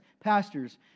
pastors